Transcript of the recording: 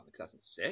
2006